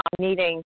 meeting